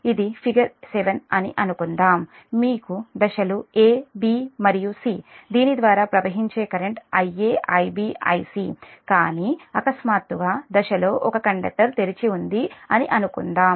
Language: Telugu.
ఇది ఫిగర్ 7 అని అనుకుందాం మీకు దశలు a b మరియు c దీని ద్వారా ప్రవహించే కరెంట్ Ia Ib Ic కానీ అకస్మాత్తుగా దశలో ఒక కండక్టర్ తెరిచి ఉంది అనుకుందాం